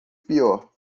pior